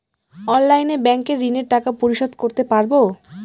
অনলাইনে ব্যাংকের ঋণের টাকা পরিশোধ করতে পারবো?